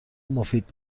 مفید